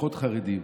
פחות חרדים.